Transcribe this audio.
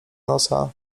nosa